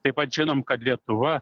taip pat žinom kad lietuva